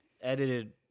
edited